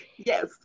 Yes